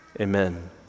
amen